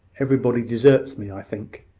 everybody deserts me, i think.